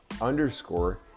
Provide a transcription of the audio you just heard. underscore